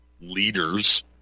leaders